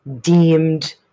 deemed